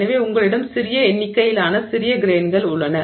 எனவே உங்களிடம் சிறிய எண்ணிக்கையிலான சிறிய கிரெயின்கள் உள்ளன